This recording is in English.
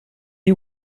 you